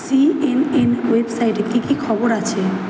C N N ওয়েবসাইটে কী কী খবর আছে